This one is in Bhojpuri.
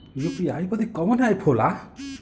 यू.पी.आई बदे कवन ऐप होला?